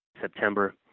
September